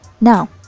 Now